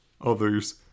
others